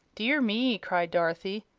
dear me! cried dorothy.